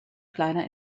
kleiner